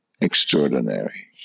extraordinary